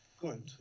good